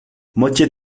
moitié